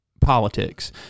politics